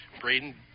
Braden